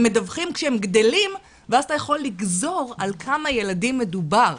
הם מדווחים כשהם גדלים ואז אתה יכול לגזור על כמה ילדים מדובר.